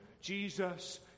Jesus